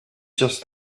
just